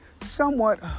somewhat